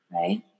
right